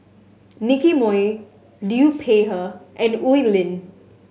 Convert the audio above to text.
Nicky Moey Liu Peihe and Oi Lin